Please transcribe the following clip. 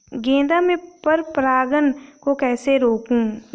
गेंदा में पर परागन को कैसे रोकुं?